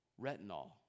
Retinol